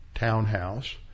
Townhouse